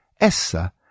Essa